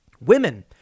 Women